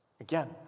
Again